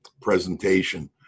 presentation